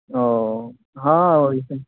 ओ हाँ ओइसन